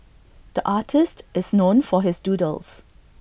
the artist is known for his doodles